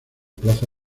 plaza